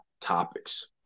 topics